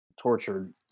tortured